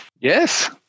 yes